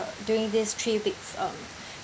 during these three weeks um